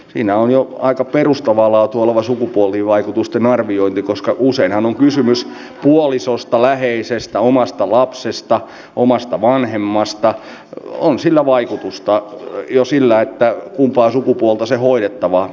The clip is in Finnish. siinä on jo aika perustavaa laatua oleva sukupuolivaikutusten arviointi koska usein on kysymys puolisosta läheisestä omasta lapsesta omasta vanhemmasta on sillä vaikutusta jos sillä kumpaa sukupuolta se hoidettava